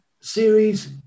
series